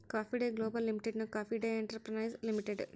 coffee day global ಲಿಮಿಟೆಡ್ನ coffee day enterprises limited